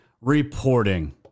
reporting